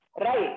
right